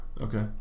Okay